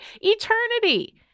Eternity